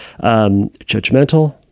judgmental